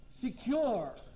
secure